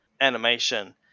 animation